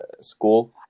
school